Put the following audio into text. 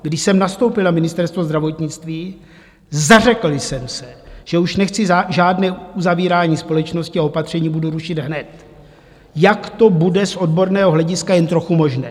Když jsem nastoupil na Ministerstvo zdravotnictví, zařekl jsem se, že už nechci žádné uzavírání společnosti a opatření budu rušit hned, jak to bude z odborného hlediska jen trochu možné.